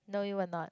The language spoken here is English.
no you will not